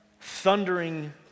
thundering